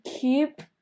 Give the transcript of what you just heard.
keep